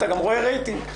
אתה רואה רייטינג,